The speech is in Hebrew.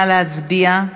נא להצביע.